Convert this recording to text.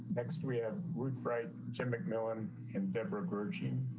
next we have roof right jimmy mcmillan and deborah gretchen.